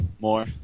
more